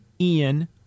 Ian